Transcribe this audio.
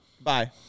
Bye